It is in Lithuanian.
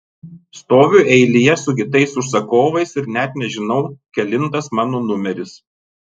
stoviu eilėje su kitais užsakovais ir net nežinau kelintas mano numeris